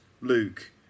Luke